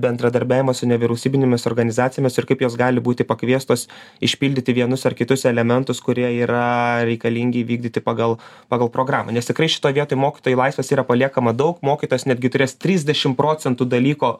bendradarbiavimo su nevyriausybinėmis organizacijomis ir kaip jos gali būti pakviestos išpildyti vienus ar kitus elementus kurie yra reikalingi vykdyti pagal pagal programą nes tikrai šitoj vietoj mokytojui laisvės yra paliekama daug mokytojas netgi turės trisdešim procentų dalyko